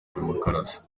demokarasi